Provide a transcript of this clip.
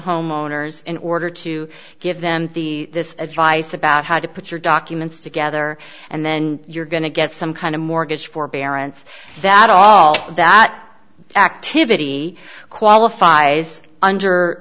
homeowners in order to give them the this advice about how to put your documents together and then you're going to get some kind of mortgage forbearance that all that activity qualifies under